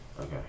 Okay